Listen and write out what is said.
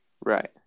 Right